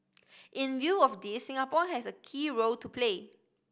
in view of this Singapore has a key role to play